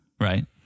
right